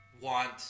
want